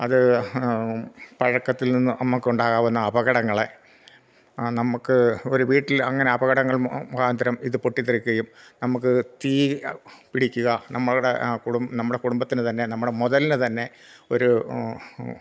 അത് പഴക്കത്തിൽ നിന്ന് നമുക്ക് ഉണ്ടാകാവുന്ന അപകടങ്ങളെ നമുക്ക് ഒരു വീട്ടിൽ അങ്ങനെ അപകടങ്ങൾ മുഖാന്തരം ഇത് പൊട്ടിത്തെറിക്കുകയും നമുക്ക് തീ പിടിക്കുക നമ്മളെ കുടുംബം നമ്മുടെ കുടുംബത്തിന് തന്നെ നമ്മുടെ മുതലിന് തന്നെ ഒരു